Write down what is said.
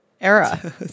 era